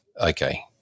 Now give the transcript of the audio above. okay